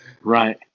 Right